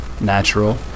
natural